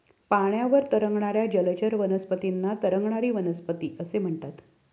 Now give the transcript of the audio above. पाण्यावर तरंगणाऱ्या जलचर वनस्पतींना तरंगणारी वनस्पती असे म्हणतात